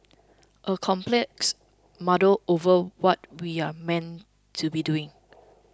a complex muddle over what we're meant to be doing